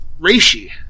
Reishi